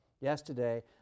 Yesterday